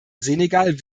senegal